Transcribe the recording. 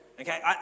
Okay